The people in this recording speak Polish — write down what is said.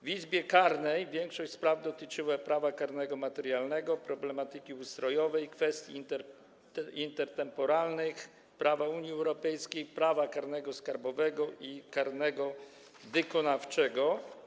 W Izbie Karnej większość spraw dotyczyła prawa karnego materialnego, problematyki ustrojowej, kwestii intertemporalnych, prawa Unii Europejskiej, prawa karnego skarbowego i karnego wykonawczego.